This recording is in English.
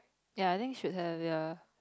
ya think it should have ya